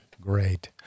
Great